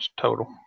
total